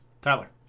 Tyler